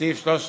בסעיף 13 לחוק,